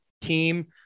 team